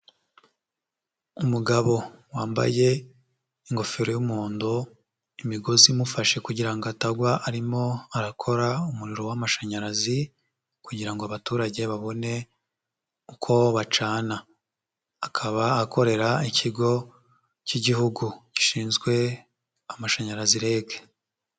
Umugabo wambaye ingofero y'umuhondo, imigozi imufashe kugira ngo atagwa, arimo arakora umuriro w'amashanyarazi kugira ngo abaturage babone uko bacana, akaba akorera ikigo cy'Igihugu gishinzwe amashanyarazi REG.